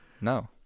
No